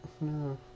no